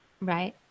Right